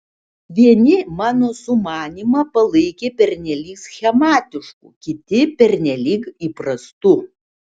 vieni mano sumanymą palaikė pernelyg schematišku kiti pernelyg įprastu